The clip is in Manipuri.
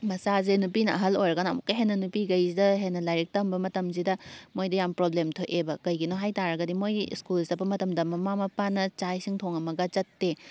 ꯃꯆꯥꯁꯦ ꯅꯨꯄꯤꯅ ꯑꯍꯜ ꯑꯣꯏꯔꯒꯅ ꯑꯃꯨꯛꯀ ꯍꯦꯟꯅ ꯅꯨꯄꯤꯈꯩꯁꯤꯗ ꯍꯦꯟꯅ ꯂꯥꯏꯔꯤꯛ ꯇꯝꯕ ꯃꯇꯝꯁꯤꯗ ꯃꯣꯏꯗ ꯌꯥꯝ ꯄ꯭ꯔꯣꯕ꯭ꯂꯦꯝ ꯊꯣꯛꯑꯦꯕ ꯀꯩꯒꯤꯅꯣ ꯍꯥꯏꯇꯥꯔꯒꯗꯤ ꯃꯣꯏꯒꯤ ꯁ꯭ꯀꯨꯜ ꯆꯠꯄ ꯃꯇꯝꯗ ꯃꯃꯥ ꯃꯄꯥꯅ ꯆꯥꯛ ꯏꯁꯤꯡ ꯊꯣꯉꯝꯃꯒ ꯆꯠꯇꯦ